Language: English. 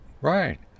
Right